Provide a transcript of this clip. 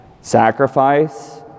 Sacrifice